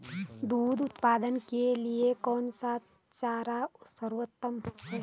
दूध उत्पादन के लिए कौन सा चारा सर्वोत्तम है?